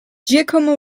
giacomo